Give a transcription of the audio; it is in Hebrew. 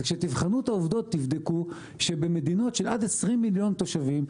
כשתבחנו את העובדות תראו שבמדינות עד 20 מיליון תושבים,